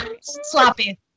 sloppy